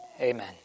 Amen